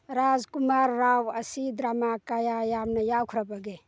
ꯔꯥꯖꯀꯨꯃꯥꯔ ꯔꯥꯎ ꯑꯁꯤ ꯗ꯭ꯔꯃꯥ ꯀꯌꯥ ꯌꯥꯝꯅ ꯌꯥꯎꯈ꯭ꯔꯕꯒꯦ